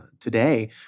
today